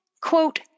quote